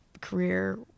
career